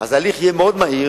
אז ההליך יהיה מאוד מהיר